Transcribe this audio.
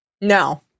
No